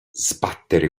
sbattere